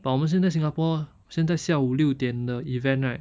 but 我们现在 singapore 现在下午六点的 event right